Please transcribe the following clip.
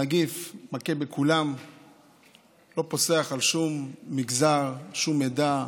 הנגיף מכה בכולם, לא פוסח על שום מגזר, שום עדה,